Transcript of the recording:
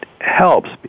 helps